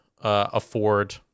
afford